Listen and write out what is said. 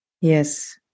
Yes